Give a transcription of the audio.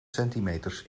centimeters